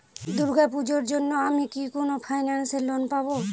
দূর্গা পূজোর জন্য আমি কি কোন ফাইন্যান্স এ লোন পাবো?